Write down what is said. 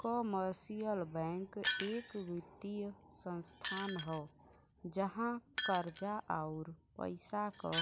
commercial bank एक वित्तीय संस्थान हौ जहाँ कर्जा, आउर पइसा क